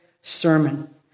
sermon